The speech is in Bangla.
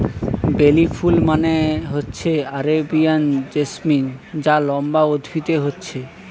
বেলি ফুল মানে হচ্ছে আরেবিয়ান জেসমিন যা লম্বা উদ্ভিদে হচ্ছে